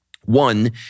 One